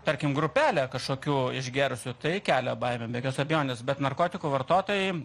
tarkim grupelė kažkokių išgėrusių tai kelia baimę be jokios abejonės bet narkotikų vartotojai